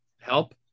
help